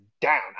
down